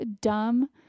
dumb